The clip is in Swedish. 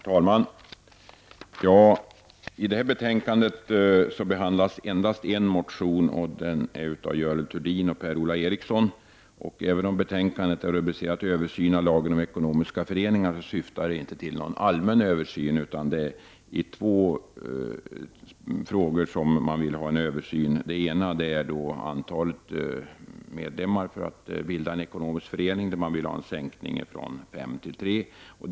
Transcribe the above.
Herr talman! I det här betänkandet behandlas endast en motion, och den är väckt av Görel Thurdin och Per-Ola Eriksson. Även om betänkandet är rubricerat ”Översyn av lagen om ekonomiska föreningar” så syftar motionen inte till någon allmän översyn. Det är i två frågor som man vill ha en översyn. Den ena gäller antalet medlemmar som krävs vid bildandet av en ekonomisk förening. Motionärerna vill ha en sänkning från fem till tre medlemmar.